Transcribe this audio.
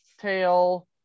tail